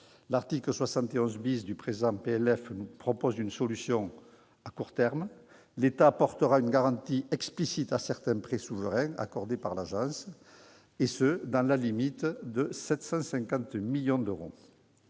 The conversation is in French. L'article 71 du présent projet de loi de finances prévoit une solution à court terme : l'État apportera une garantie explicite à certains prêts souverains accordés par l'Agence, et ce dans la limite de 750 millions d'euros.